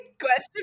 question